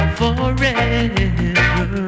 forever